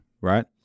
right